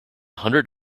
hundred